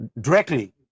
directly